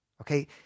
Okay